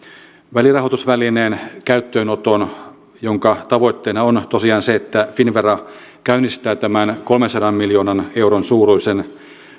välirahoitusvälineen käyttöönoton jonka tavoitteena on tosiaan se että finnvera käynnistää tämän kolmensadan miljoonan euron suuruisen